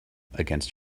against